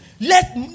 Let